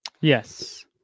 Yes